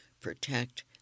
protect